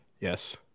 Yes